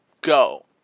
go